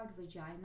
vagina